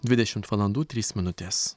dvidešimt valandų trys minutės